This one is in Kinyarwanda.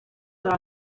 com